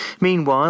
Meanwhile